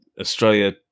australia